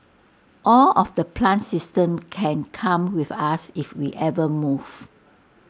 all of the plant systems can come with us if we ever move